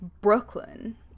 brooklyn